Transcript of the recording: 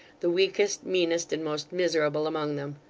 the weakest, meanest, and most miserable among them.